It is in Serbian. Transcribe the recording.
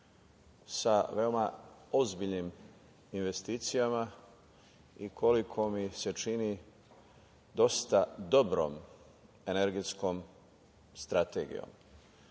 sa veoma ozbiljnim investicijama i koliko mi se čini dosta dobrom energetskom strategiom. Smisao